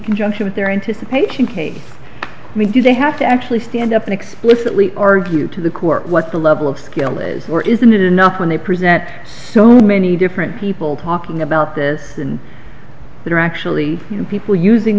conjunction with their anticipation kate i mean do they have to actually stand up and explicitly argue to the court what the level of skill is or isn't it enough when they present so many different people talking about this and that are actually people using